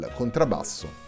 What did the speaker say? contrabbasso